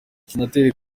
senateri